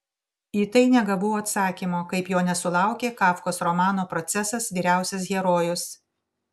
į tai negavau atsakymo kaip jo nesulaukė kafkos romano procesas vyriausias herojus